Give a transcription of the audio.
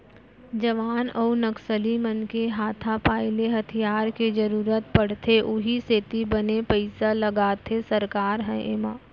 जवान अउ नक्सली मन के हाथापाई ले हथियार के जरुरत पड़थे उहीं सेती बने पइसा लगाथे सरकार ह एमा